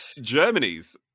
Germany's